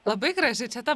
labai graži čia ta